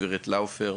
גברת לאופר,